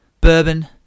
bourbon